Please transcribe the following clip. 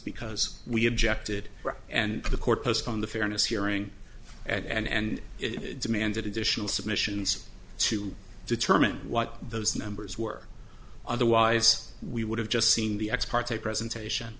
because we objected and the court postpone the fairness hearing and demanded additional submissions to determine what those numbers were otherwise we would have just seen the ex parte presentation